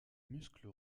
muscle